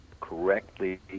correctly